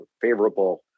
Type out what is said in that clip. favorable